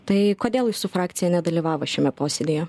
tai kodėl jūsų frakcija nedalyvavo šiame posėdyje